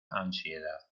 ansiedad